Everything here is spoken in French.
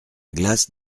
glace